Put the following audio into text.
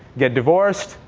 get divorced,